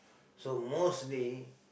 so mostly